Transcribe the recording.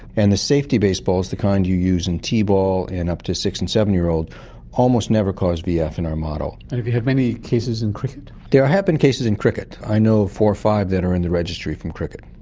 and the safety baseballs, the kind you use in t-ball and up to six and seven-year-olds almost never caused vf in our model. and have you had many cases in cricket? there have been cases in cricket. i know of four or five that are in the registry from cricket.